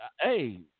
hey